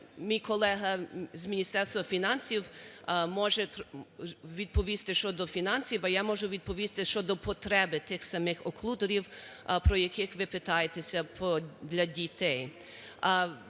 мій колега з Міністерства фінансів може відповісти щодо фінансів, а я можу відповісти щодо потреби тих самих оклюдерів, про які ви питаєтесь, для дітей.